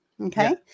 okay